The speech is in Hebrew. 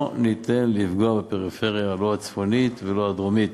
לא ניתן לפגוע בפריפריה, לא הצפונית ולא הדרומית.